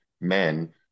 men